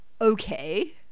Okay